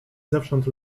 zewsząd